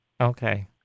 Okay